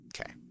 Okay